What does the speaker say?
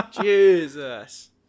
Jesus